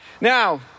Now